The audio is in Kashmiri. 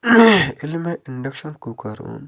ییٚلہِ مےٚ اِنٛڈَکشَن کُکَر اوٚن